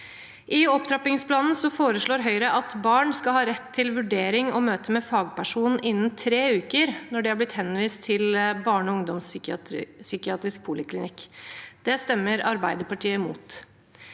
I opptrappingsplanen foreslår Høyre at barn skal ha rett til vurdering og møte med fagperson innen tre uker når de har blitt henvist til barne- og ungdomspsykiatrisk poliklinikk. Det stemmer Arbeiderpartiet imot.